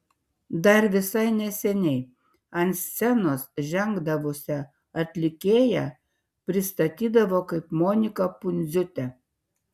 dar visai neseniai ant scenos žengdavusią atlikėją pristatydavo kaip moniką pundziūtę